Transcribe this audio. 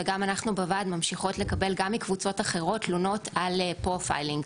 וגם אנחנו בוועד ממשיכות לקבל גם מקבוצות אחרות תלונות על פרופיילינג.